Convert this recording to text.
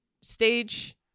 stage